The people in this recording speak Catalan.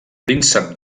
príncep